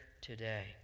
today